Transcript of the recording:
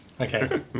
Okay